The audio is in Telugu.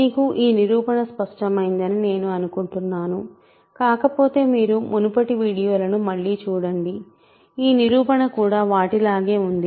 మీకు ఈ నిరూపణ స్పష్టమైందని నేను అనుకుంటున్నాను కాకపోతే మీరు మునుపటి వీడియోలను మళ్ళీ చూడండి ఈ నిరూపణ కూడా వాటిలాగే ఉంది